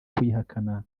kuyihakana